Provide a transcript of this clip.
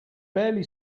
barely